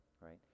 right